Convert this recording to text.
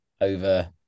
over